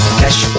cash